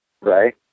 right